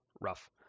rough